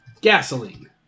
Gasoline